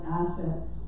assets